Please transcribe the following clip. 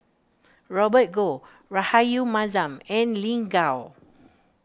Robert Goh Rahayu Mahzam and Lin Gao